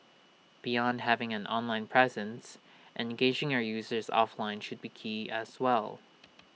beyond having an online presence engaging your users offline should be key as well